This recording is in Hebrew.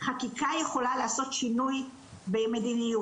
חקיקה יכולה לעשות שינוי במדיניות.